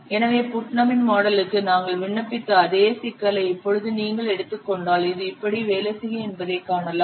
எனவே புட்னமின் மாடலுக்கு நாங்கள் விண்ணப்பித்த அதே சிக்கலை இப்போது நீங்கள் எடுத்துக் கொண்டால் இது இப்படி வேலை செய்யும் என்பதை காணலாம்